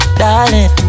darling